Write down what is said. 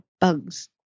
bugs